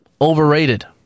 Overrated